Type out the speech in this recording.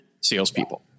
salespeople